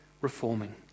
reforming